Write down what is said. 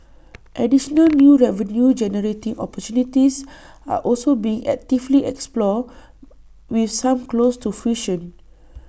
additional new revenue generating opportunities are also being actively explored with some close to fruition